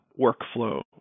workflow